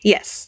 Yes